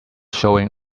showing